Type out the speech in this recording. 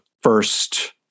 first